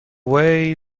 way